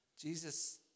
Jesus